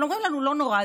אבל אומרים לנו: לא נורא,